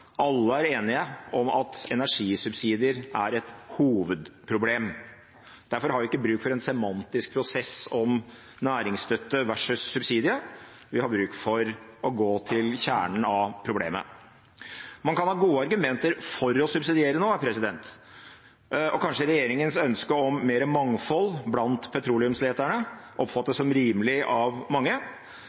Alle er enige om at energisubsidier er et hovedproblem. Derfor har vi ikke bruk for en semantisk prosess om «næringsstøtte» versus «subsidie» – vi har bruk for å gå til kjernen av problemet. Man kan ha gode argumenter for å subsidiere noe, og kanskje regjeringens ønske om mer mangfold blant petroleumsleterne oppfattes som rimelig av mange.